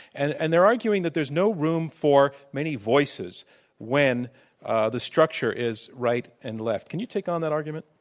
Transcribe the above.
and and they're arguing that there's no room for many voices when the structure is right and left. can you take on that argument?